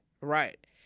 right